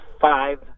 five